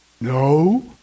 No